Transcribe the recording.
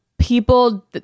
people